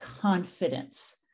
confidence